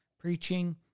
preaching